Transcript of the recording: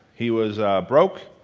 he was broke,